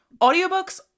Audiobooks